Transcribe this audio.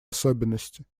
особенности